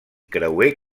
creuer